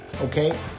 okay